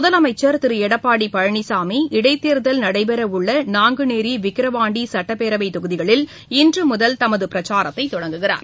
முதலமைச்சர் திருளடப்பாட்பழனிசாமி இடைத்தேர்தல் நடைபெறவுள்ள நாங்குநேரி விக்கிரவாண்டிசட்டப்பேரவைத் தொகுதிகளில் இன்றுமுதல் தமதுபிரச்சாரத்தைத் தொடங்குகிறார்